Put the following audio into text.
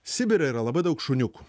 sibire yra labai daug šuniukų